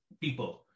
people